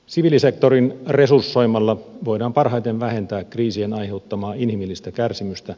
siviilisektoriin resursoimalla voidaan parhaiten vähentää kriisien aiheuttamaa inhimillistä kärsimystä